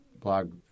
blog